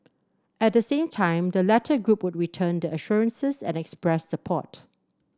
at the same time the latter group would return the assurances and express support